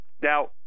Now